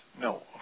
No